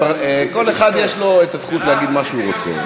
כל אחד יש לו הזכות להגיד מה שהוא רוצה.